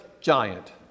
giant